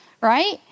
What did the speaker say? right